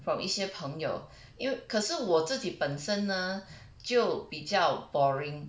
from 一些朋友因为可是我自己本身呢就比较 boring